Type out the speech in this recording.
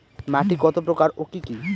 মাটি কত প্রকার ও কি কি?